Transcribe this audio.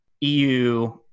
EU